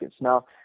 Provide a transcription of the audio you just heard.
Now